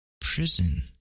prison